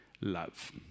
love